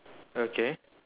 okay